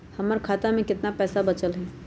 हमर खाता में केतना पैसा बचल हई?